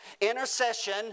intercession